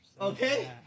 Okay